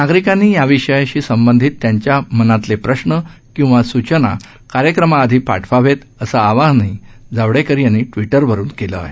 नागरिकांनी याविषयाशी संबंधित त्यांच्या मनातले प्रश्न किंवा सूचना कार्यक्रमाआधी पाठवावेत असं आवाहनही जावडेकर यांनी ट्विटरवरून केलं आहे